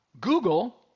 Google